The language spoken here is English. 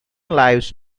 lives